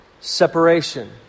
separation